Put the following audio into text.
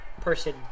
person